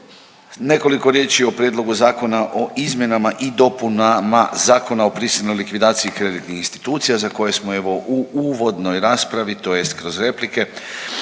nekoliko riječi o Prijedlogu Zakona o izmjenama i dopunama Zakona o prisilnoj likvidaciji kreditnih institucija za koje smo evo u uvodnoj raspravi tj. kroz replike